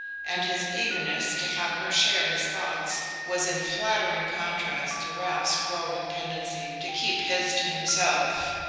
and his eagerness to have her share his thoughts was in flattering contrast to ralph's growing tendency to keep his to himself.